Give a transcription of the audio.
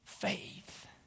Faith